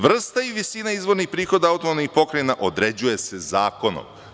Vrsta i visina izvornih prihoda autonomnih pokrajina određuje se zakonom.